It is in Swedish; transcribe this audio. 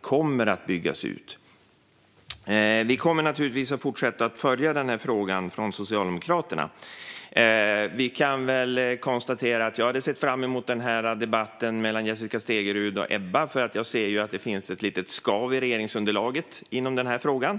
kommer att byggas ut. Vi kommer naturligtvis att fortsätta att följa den här frågan från Socialdemokraterna. Jag hade sett fram mot debatten mellan Jessica Stegrud och Ebba Busch. Jag ser att det finns ett litet skav i regeringsunderlaget i den här frågan.